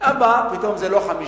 בא ופתאום זה לא 50,